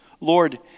Lord